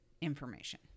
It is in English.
information